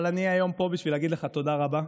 אבל אני פה היום בשביל להגיד לך תודה רבה.